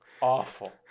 awful